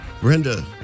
Brenda